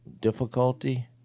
difficulty